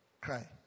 cry